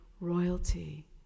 royalty